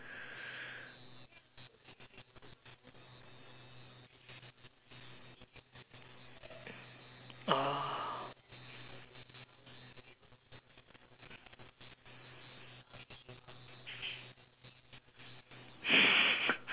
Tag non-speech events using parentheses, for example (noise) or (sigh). ah (laughs)